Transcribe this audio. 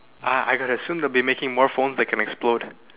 ah I got it soon they'll be making more phones that can explode